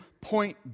point